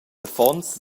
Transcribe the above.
affons